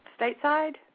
stateside